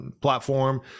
platform